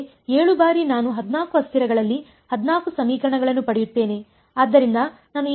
ಮತ್ತೆ 7 ಬಾರಿ ನಾನು 14 ಅಸ್ಥಿರಗಳಲ್ಲಿ 14 ಸಮೀಕರಣಗಳನ್ನು ಪಡೆಯುತ್ತೇನೆ